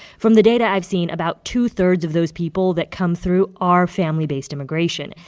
from the data i've seen, about two-thirds of those people that come through are family-based immigration.